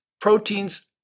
proteins